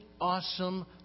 awesome